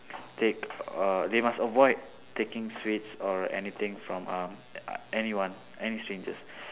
take uh they must avoid taking sweets or anything from uh anyone any strangers